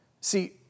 See